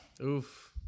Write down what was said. oof